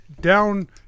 down